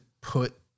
put